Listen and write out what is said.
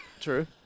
True